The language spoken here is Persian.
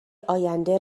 آینده